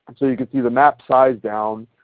so you can see the map sized down,